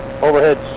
Overhead